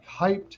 hyped